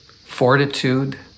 fortitude